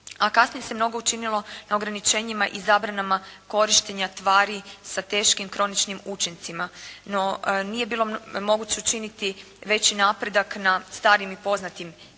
a kasnije se mnogo učinilo na ograničenjima i zabranama korištenja tvari sa teškim kroničnim učincima. No, nije bilo moguće učiniti veći napredak na starim i poznatim tvarima